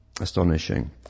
astonishing